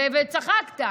לא, אמרת "אשכנזי" וצחקת.